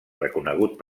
reconegut